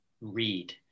read